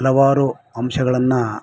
ಹಲವಾರು ಅಂಶಗಳನ್ನು